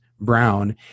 brown